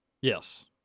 Yes